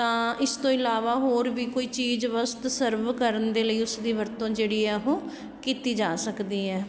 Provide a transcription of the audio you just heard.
ਤਾਂ ਇਸ ਤੋਂ ਇਲਾਵਾ ਹੋਰ ਵੀ ਕੋਈ ਚੀਜ਼ ਵਸਤੂ ਸਰਵ ਕਰਨ ਦੇ ਲਈ ਉਸਦੀ ਵਰਤੋਂ ਜਿਹੜੀ ਹੈ ਉਹ ਕੀਤੀ ਜਾ ਸਕਦੀ ਹੈ